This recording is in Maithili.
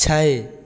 छै